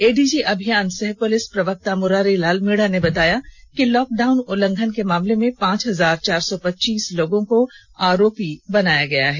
ADG अभियान सह police प्रवक्ता मुरारी लाल मीणा ने बताया कि लॉक डाउन उल्लंघन के मामले में पांच हजार चार सौ पच्चीस लोगों को आरोपी बनाया गया हैं